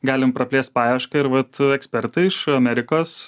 galim praplėst paiešką ir vat ekspertai iš amerikos